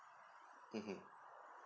mmhmm